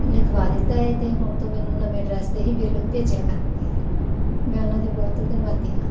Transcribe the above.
ਲਿਖਵਾ ਦਿੱਤਾ ਹੈ ਤੇ ਹੁਣ ਤੋਂ ਮੈਨੂੰ ਨਵੇਂ ਐਡਰੈੱਸ ਤੇ ਹੀ ਬਿੱਲ ਭੇਜਿਆ ਕਰਨਗੇ ਮੈਂ ਉਹਨਾਂ ਦੀ ਬਹੁਤ ਧੰਨਵਾਦੀ ਆਂ